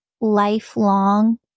lifelong